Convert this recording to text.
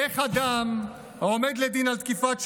איך אדם העומד לדין על תקיפת שוטר,